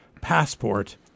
passport